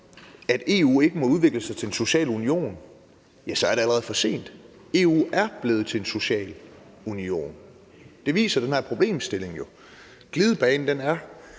at EU ikke må udvikle sig til en social union, så er det allerede for sent. EU er blevet til en social union. Det viser den her problemstilling jo. Glidebanen er